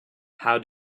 how